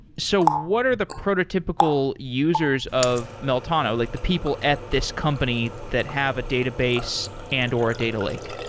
so what are the prototypical users of meltano, like the people at this company that have a database and or a data lake?